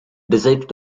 decided